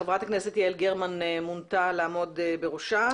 ח"כ לשעבר יעל גרמן מונתה לעמוד בראשה.